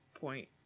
point